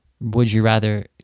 would-you-rather